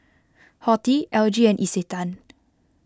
Horti L G and Isetan